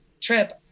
trip